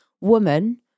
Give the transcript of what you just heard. woman